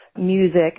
music